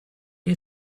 you